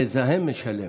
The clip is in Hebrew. שהמזהם משלם?